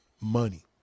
money